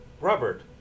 Robert